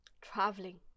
traveling